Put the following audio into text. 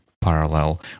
parallel